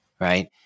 right